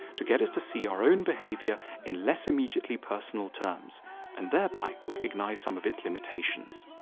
to get us to see our own behavior in less immediately personal terms and thereby recognize some of its limitations.